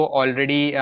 already